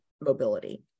mobility